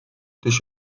durch